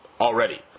already